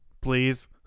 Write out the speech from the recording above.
please